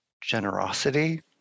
generosity